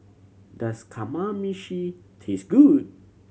does Kamameshi taste good